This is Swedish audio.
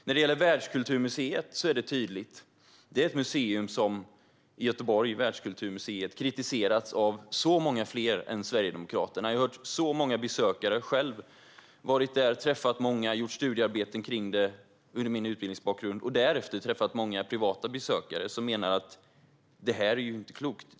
När det gäller Världskulturmuseet i Göteborg är det tydligt att det har kritiserats av många fler än Sverigedemokraterna. Jag har hört det från många besökare. Jag har själv varit där och träffat många, gjort studiearbeten om det under min utbildning och därefter träffat många privata besökare som menar att det här är ju inte klokt.